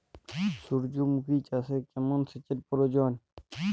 সূর্যমুখি চাষে কেমন সেচের প্রয়োজন?